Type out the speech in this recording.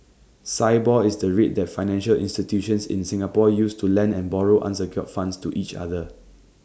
Sibor is the rate that financial institutions in Singapore use to lend and borrow unsecured funds to each other